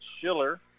Schiller